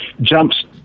jumps